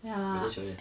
abeh kau macam mana